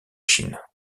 chine